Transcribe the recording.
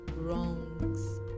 wrongs